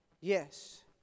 Yes